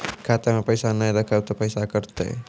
खाता मे पैसा ने रखब ते पैसों कटते?